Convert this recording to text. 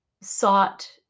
sought